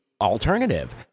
alternative—